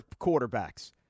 quarterbacks